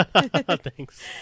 Thanks